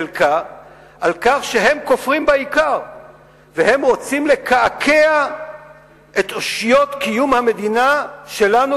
על כך שהם כופרים בעיקר והם רוצים לקעקע את אושיות קיום המדינה שלנו,